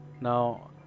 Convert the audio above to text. Now